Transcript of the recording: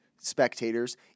spectators